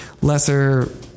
lesser